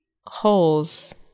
Holes